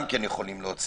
מערך כיבוי האש יכול להוציא